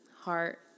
heart